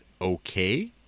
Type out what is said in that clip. okay